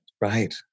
Right